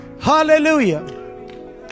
hallelujah